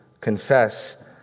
confess